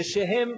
ושהם,